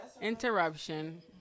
Interruption